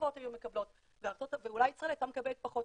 קרובות היו מקבלות ואולי ישראל הייתה מקבלת פחות,